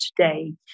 today